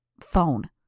phone